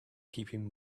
keeping